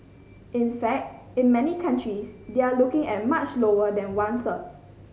in fact in many countries they are looking at much lower than one third